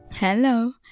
Hello